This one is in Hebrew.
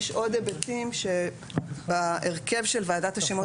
יש עוד היבטים שבהרכב של ועדת השמות